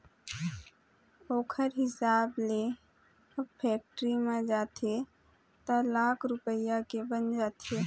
ओखर हिसाब ले अब फेक्टरी म जाथे त लाख रूपया के बन जाथे